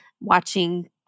watching